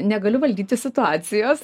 negaliu valdyti situacijos